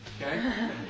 Okay